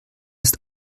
ist